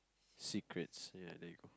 secrets ya there you go